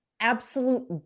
absolute